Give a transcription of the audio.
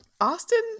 Austin